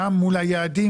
גם מול היעדים